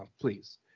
please